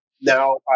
now